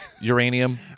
uranium